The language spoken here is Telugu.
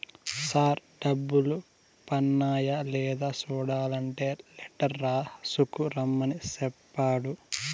సార్ డబ్బులు పన్నాయ లేదా సూడలంటే లెటర్ రాసుకు రమ్మని సెప్పాడు